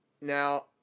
Now